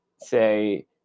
say